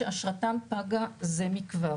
שאשרתם פגה זה מכבר.